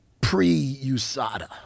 pre-USADA